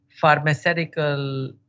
pharmaceutical